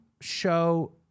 show